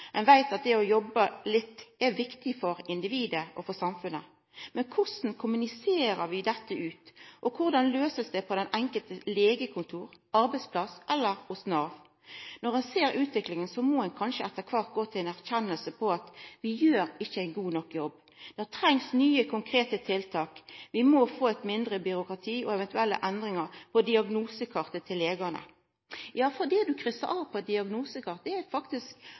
Ein veit at det å jobba litt er viktig for individet og for samfunnet. Men korleis kommuniserer vi dette ut, og korleis blir det løyst på det enkelte legekontoret, den enkelte arbeidsplassen eller hos Nav? Når vi ser utviklinga, må vi etter kvart kanskje kome til den erkjenninga at vi ikkje gjer ein god nok jobb. Det trengst nye konkrete tiltak. Vi må få eit mindre byråkrati og eventuelle endringar på diagnosekartet til legane. Ja, for det ein kryssar av på diagnosekartet, kan faktisk